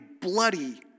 bloody